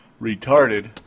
retarded